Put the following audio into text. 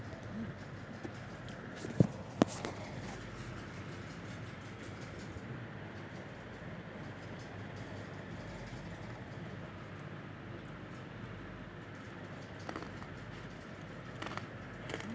हर एक वर्ष की बचत को आंकडों के हिसाब से देखा जाता है